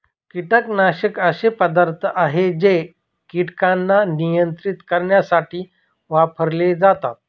कीटकनाशक असे पदार्थ आहे जे कीटकांना नियंत्रित करण्यासाठी वापरले जातात